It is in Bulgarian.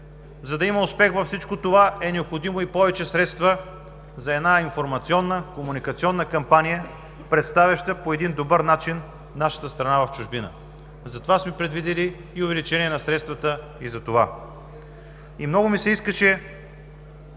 за да има успех във всичко това, е необходимо и повече средства за една информационна, комуникационна кампания, представяща по един добър начин нашата страна в чужбина. Затова сме предвидили и увеличение на средствата и за това. Много ми се искаше